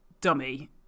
dummy